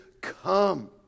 come